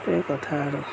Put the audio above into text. এই কথা আৰু